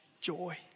joy